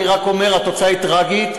אני רק אומר שהתוצאה היא טרגית,